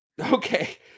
Okay